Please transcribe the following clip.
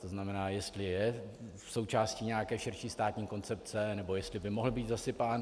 To znamená, jestli je součástí nějaké širší státní koncepce nebo jestli by mohl být zasypán.